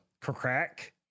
Crack